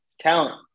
talent